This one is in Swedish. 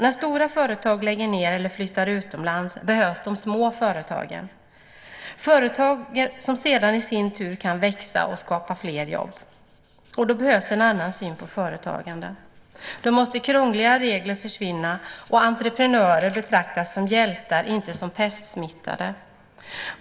När stora företag lägger ned eller flyttar utomlands behövs de små företagen, företag som sedan i sin tur kan växa och skapa fler jobb. Då behövs en annan syn på företagande. Krångliga regler måste försvinna och entreprenörer betraktas som hjältar, inte som pestsmittade.